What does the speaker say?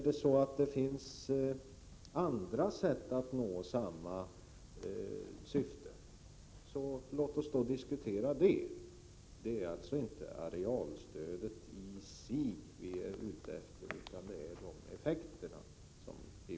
Finns det andra sätt att nå samma syfte, låt oss då diskutera det. Det är alltså inte arealstödet i sig som vi är ute efter utan det är effekterna vi vill ha fram.